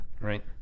Right